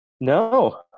No